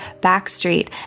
Backstreet